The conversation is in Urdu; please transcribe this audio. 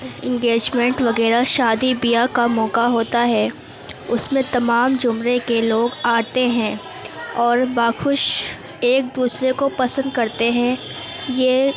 انگیجمنٹ وغیرہ شادی بیاہ کا موقع ہوتا ہے اس میں تمام زمرے کے لوگ آتے ہیں اور باخوش ایک دوسرے کو پسند کرتے ہیں یہ